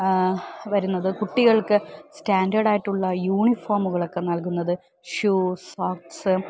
വരുന്നത് കുട്ടികൾക്ക് സ്റ്റാൻഡേർഡായിട്ടുള്ള യൂണിഫോമുകളൊക്കെ നൽകുന്നത് ഷൂസ് സോക്സ്